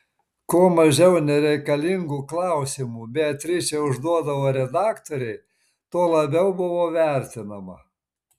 kuo mažiau nereikalingų klausimų beatričė užduodavo redaktorei tuo labiau buvo vertinama